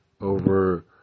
over